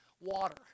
water